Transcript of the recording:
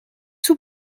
sous